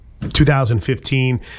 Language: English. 2015